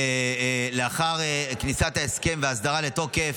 לאחר כניסת ההסכם והסדרה לתוקף,